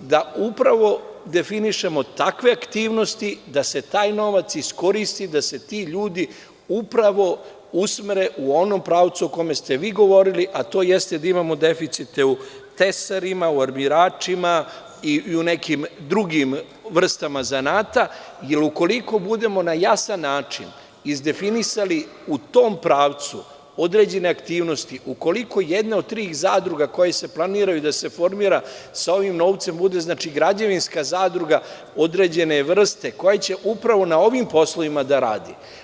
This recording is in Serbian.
da upravo definišemo takve aktivnosti da se taj novac iskoristi da se ti ljudi upravo usmere u onom pravcu o kome ste vi govorili, a to jeste da imamo deficite u tesarima, u armiračima, i u nekim drugim vrstama zanata, jel ukoliko budemo na jasan način izdefinisali u tom pravcu određene aktivnosti, ukoliko jedna od tri zadruga koje se planiraju da se formira sa ovim novcem bude, znači građevinska zadruga određene vrste, koja će upravo na ovim poslovima da radi.